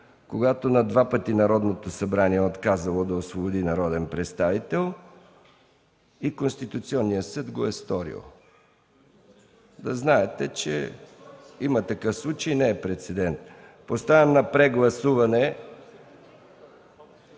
когато на два пъти Народното събрание е отказало да освободи народен представител и Конституционният съд го е сторил. Да знаете, че има такъв случай, не е прецедент. Поставям на прегласуване